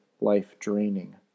life-draining